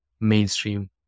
mainstream